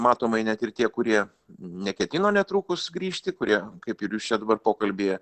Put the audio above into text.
matomai net ir tie kurie neketino netrukus grįžti kurie kaip ir jūs čia dabar pokalbyje